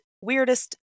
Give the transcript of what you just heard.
weirdest